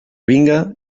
vinga